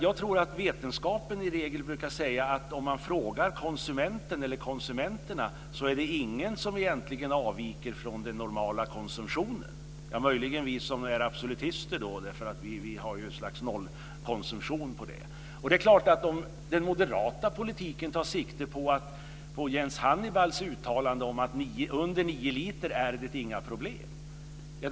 Jag tror att vetenskapen i regel brukar säga att om man frågar konsumenterna är det ingen som egentligen avviker från den normala konsumtionen. Möjligen gäller det för oss som är absolutister, som ju har en nollkomsumtion. Den moderata politiken tar kanske sikte på Jens Hannibals uttalande att det under nio liter inte är några problem.